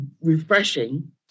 refreshing